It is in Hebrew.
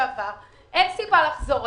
שני הם מפסידים כסף ואין להם מענקים ואין להם כלום,